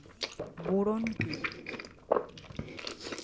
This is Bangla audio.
বোরন কি?